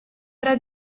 era